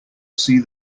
see